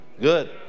good